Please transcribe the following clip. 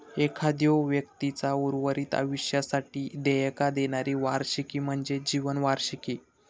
एखाद्यो व्यक्तीचा उर्वरित आयुष्यासाठी देयका देणारी वार्षिकी म्हणजे जीवन वार्षिकी